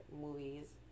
movies